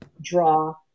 draw